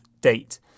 date